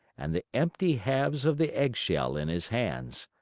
and the empty halves of the egg-shell in his hands.